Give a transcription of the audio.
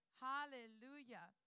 hallelujah